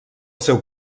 seu